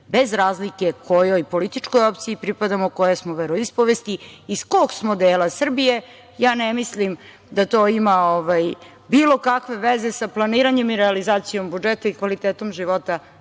bez razlike kojoj političkoj opciji pripadamo, koje smo veroispovesti, iz kog smo dela Srbije. Ja ne mislim da to ima bilo kakve veze sa planiranjem i realizacijom budžeta i kvalitetom života